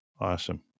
Awesome